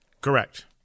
Correct